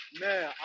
man